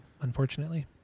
unfortunately